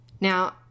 Now